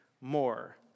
more